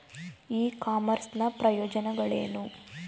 E commerce ನ ಪ್ರಯೋಜನಗಳೇನು?